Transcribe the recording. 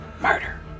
murder